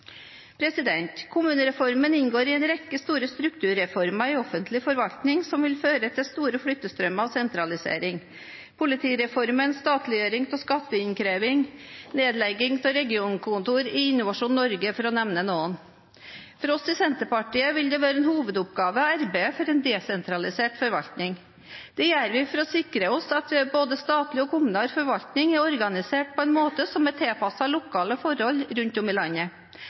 Kommunereformen inngår i en rekke store strukturreformer i offentlig forvaltning som vil føre til store flyttestrømmer og sentralisering – politireformen, statliggjøring av skatteinnkreving, nedlegging av regionkontor i Innovasjon Norge, for å nevne noen. For oss i Senterpartiet vil det være en hovedoppgave å arbeide for en desentralisert forvaltning. Det gjør vi for å sikre oss at både statlig og kommunal forvaltning er organisert på en måte som er tilpasset lokale forhold rundt om i landet.